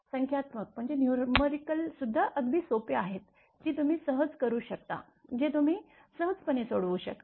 संख्यात्मक न्यूमरिकल सुद्धा अगदी सोपी आहेत जी तुम्ही सहज करू शकता जे तुम्ही सहजपणे सोडवू शकता